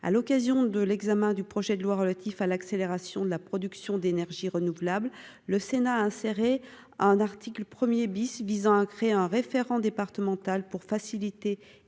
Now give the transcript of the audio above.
à l'occasion de l'examen du projet de loi relatif à l'accélération de la production d'énergie renouvelables, le Sénat a inséré un article 1er bis visant à créer un référent départemental pour faciliter